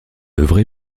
œuvré